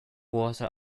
water